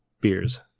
beers